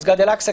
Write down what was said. מסגד אל-אקצא,